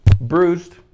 Bruised